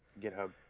GitHub